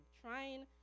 Trying